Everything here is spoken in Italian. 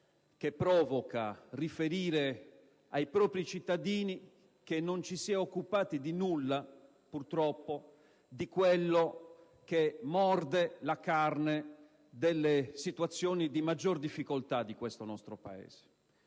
che provoca il riferire ai propri cittadini che non ci si è occupati di nulla, purtroppo, di quello che morde la carne delle situazioni di maggiore difficoltà del nostro Paese?